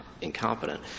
incompetent